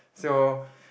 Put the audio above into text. so